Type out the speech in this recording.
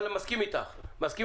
אבל אני מסכים איתך באמירה.